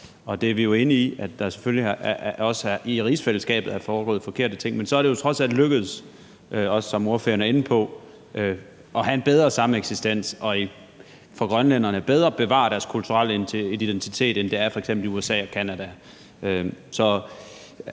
ligesom vi er enige i, at der selvfølgelig også i rigsfællesskabet er foregået forkerte ting, men så er det trods alt lykkedes, som ordføreren er inde på, at have en bedre sameksistens, og det er lykkedes for grønlænderne at bevare deres kulturelle identitet bedre, end det f.eks. er sket i USA og Canada.